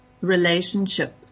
relationship